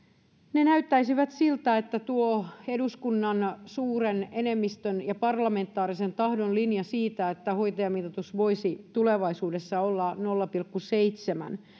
ne näyttäisivät siltä että tuo eduskunnan suuren enemmistön ja parlamentaarisen tahdon linja siitä että hoitajamitoitus voisi tulevaisuudessa olla nolla pilkku seitsemän